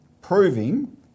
proving